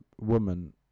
woman